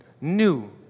new